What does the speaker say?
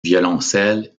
violoncelle